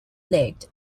legged